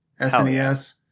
snes